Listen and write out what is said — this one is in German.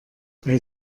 bei